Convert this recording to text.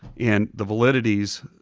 and the validities,